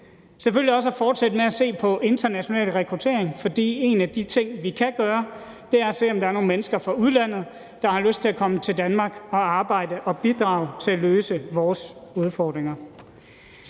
det sig også om at fortsætte med at se på international rekruttering, for en af de ting, vi kan gøre, er at se, om der er nogen mennesker fra udlandet, der har lyst til at komme til Danmark og arbejde og bidrage til at løse vores udfordringer.